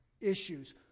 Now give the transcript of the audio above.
issues